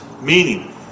meaning